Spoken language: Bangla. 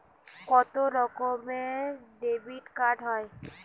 কত রকমের ডেবিটকার্ড হয়?